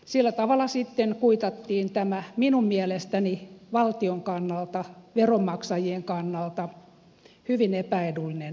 sillä tavalla sitten kuitattiin tämä minun mielestäni valtion kannalta veronmaksajien kannalta hyvin epäedullinen kauppa